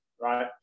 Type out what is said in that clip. right